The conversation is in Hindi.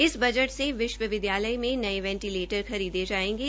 इस बजट से विश्व विद्यालय में नये वेटिंलेटर खरीदें जायेंगे